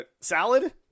Salad